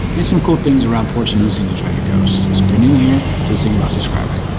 and some cool things around port st. lucie in the treasure coast. so if you're new here, please think about subscribing.